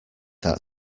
that